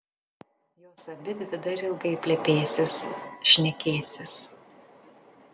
jos abidvi dar ilgai plepėsis šnekėsis